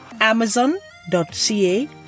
amazon.ca